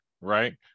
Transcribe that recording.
right